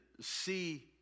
see